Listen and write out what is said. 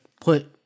put